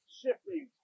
shifting